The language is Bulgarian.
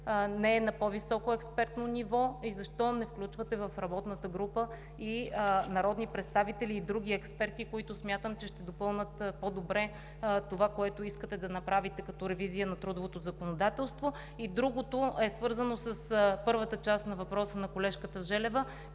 не е на по-високо експертно ниво, не включвате в работната група народни представители и други експерти, които смятам, че ще допълнят по-добре това, което искате да направите като ревизия на трудовото законодателство? Другото е свързано с първата част на въпроса на колежката Желева,